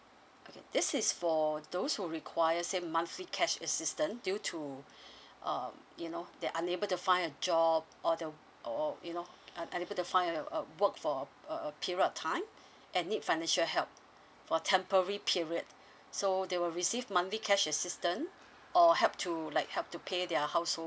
okay this is for those who require some monthly cash assistance due to um you know they're unable to find a job or the or or you know unable to find work for a a period of time and need financial help for temporary period so they will receive monthly cash assistance or help to like help to pay their household